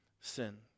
sin